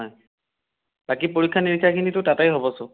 হয় বাকী পৰীক্ষা নিৰীক্ষাখিনিটো তাতেই হ'ব চব